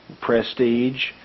prestige